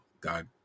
god